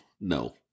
No